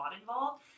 involved